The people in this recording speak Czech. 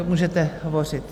Můžete hovořit.